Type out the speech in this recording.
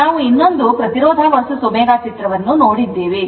ನಾವು ಇನ್ನೊಂದು ಪ್ರತಿರೋಧ vs ω ಚಿತ್ರವನ್ನು ನೋಡಿದ್ದೇವೆ